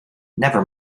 never